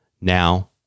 Now